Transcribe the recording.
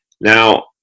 Now